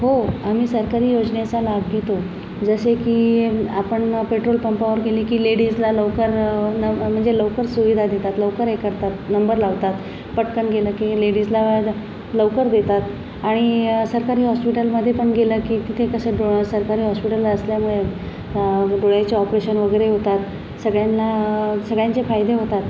हो आम्ही सरकारी योजनेचा लाभ घेतो जसे की आपण पेट्रोलपंपावर गेले की लेडीजला लवकर म्हणजे लवकर सुविधा देतात लवकर हे करतात नंबर लावतात पटकन गेलं की लेडीजला लवकर देतात आणि सरकारी हॉस्पिटलमध्ये पण गेलं की तिथे कसं सरकारी हॉस्पिटलला असल्यामुळे डोळ्यांचे ऑपरेशन वगैरे होतात सगळ्यांना सगळ्यांचे फायदे होतात